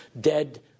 Dead